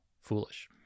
foolish